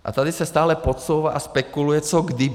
A tady se stále podsouvá a spekuluje, co kdyby.